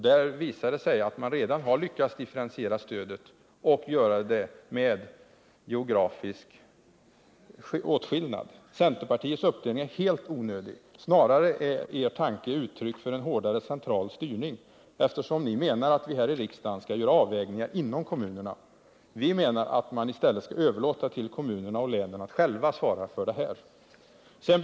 Det visar sig att man redan har lyckats differentiera stödet och att göra det med geografisk åtskillnad. Centerpartiets uppdelning är helt onödig. Snarare är er tanke uttryck för hårdare central styrning, eftersom ni menar att vi här i riksdagen skall göra avvägningar inom kommunerna. Vi menar att man i stället skall överlåta till kommunerna och länen att själva svara för detta.